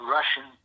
Russian